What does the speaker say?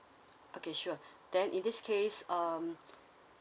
okay sure then in this case um